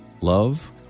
love